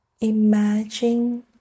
Imagine